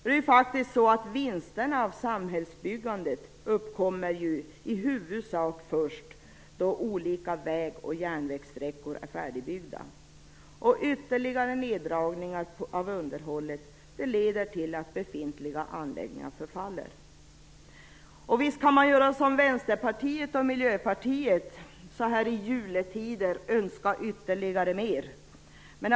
Vinsterna av samhällsbyggande uppkommer ju i huvudsak först då de olika väg och järnvägssträckorna är färdigbyggda. Ytterligare neddragningar av underhållet leder till att befintliga anläggningar förfaller. Visst kan man som Vänsterpartiet och Miljöpartiet så här i juletider önska sig ytterligare investeringar.